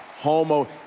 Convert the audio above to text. Homo